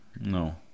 No